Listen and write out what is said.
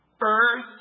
Earth